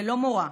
ללא מורא,